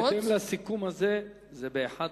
בהתאם לסיכום הזה זה ב-13:10.